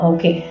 Okay